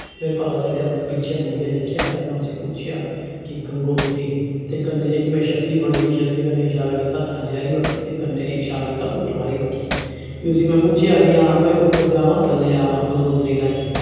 ते पता चलेआ उ'न्ने पिच्छें मुड़ियै दिक्खेआ ते में उसी पुच्छेआ कि गंगोत्री ते कन्नै जेह्की में छत्तरी फड़ी दी ही छत्तरी कन्नै इशारा कीता थ'ल्ले आह्ली बक्खी ते कन्नै इशारा कीता उप्पर आह्ली बक्खी फ्ही उसी में पुच्छेआ कि हां भाई उप्पर जावां थ'ल्ले आवां गंगोत्री ताहीं